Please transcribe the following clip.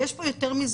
ויש פה יותר מזה,